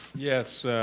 yes,